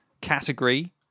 category